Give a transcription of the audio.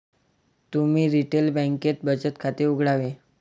तुम्ही रिटेल बँकेत बचत खाते उघडावे